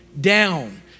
down